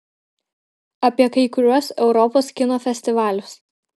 apie kai kuriuos europos kino festivalius